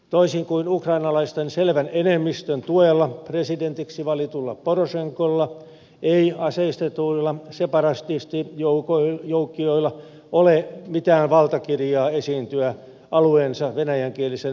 toisin kuin ukrainalaisten selvän enemmistön tuella presidentiksi valitulla porosenkolla ei aseistetuilla separatistijoukkioilla ole mitään valtakirjaa esiintyä alueensa venäjänkielisen väestön nimissä